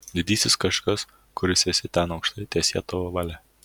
didysis kažkas kuris esi ten aukštai teesie tavo valia